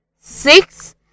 six